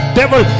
devil